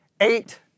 eight